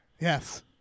Yes